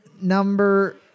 number